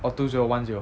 or two zero one zero